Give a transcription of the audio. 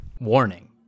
Warning